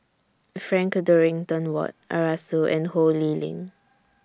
Frank Dorrington Ward Arasu and Ho Lee Ling